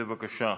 בבקשה,